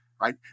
right